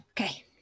Okay